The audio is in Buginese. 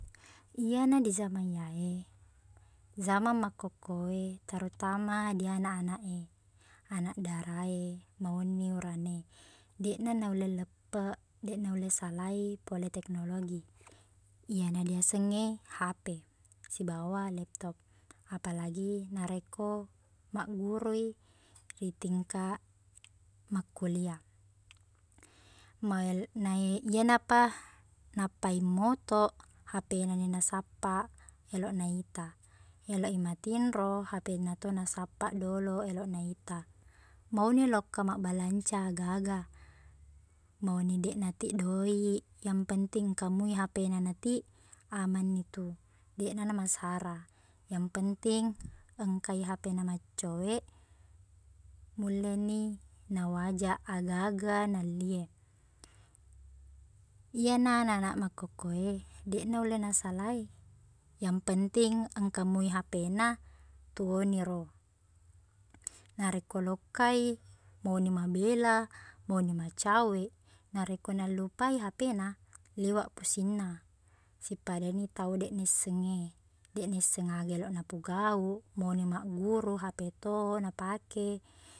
Iyana di zaman iya e, zaman makkukku e, terutama di anak-anak e. Anak dara e, mauni urane, deqni nulle leppeq, deq nulle salai pole teknologi. Iyana diaseng e HP sibawa laptop. Apalagi narekko magguru i ritingkaq makkulia. Mae nae- iyenapa nappai motoq, HPni nasappaq, eloq naita. Eloq i matinro, HPna to nasappa doloq eloq naita. Mauni lokka mabbalanca aga-aga, mauni deqna tiq doiq, yang penting engka moi HPna natiq, amannitu. Deqna na masara. Yang penting engkai HPna maccoeq, mulleni nawajaq agaga nelli e. Iyena ananak makkukku e, deq nulle nasalai, yang penting engka moi HPna, tuo ni ro. Narekko lokkai, mauni mabela, mauni macaweq, narekko nallupai HPna, liweq pusingna. Sippadani tau deq nissengnge, deq nisseng aga eloq napogau, mauni magguru, HP to napake.